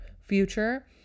future